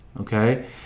okay